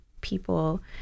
people